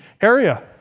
area